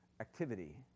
activity